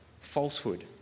falsehood